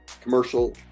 commercial